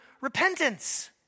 repentance